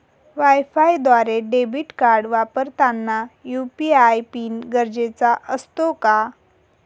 वायफायद्वारे debit card वापरताना UPI PIN गरजेचा असतो का?